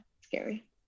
scary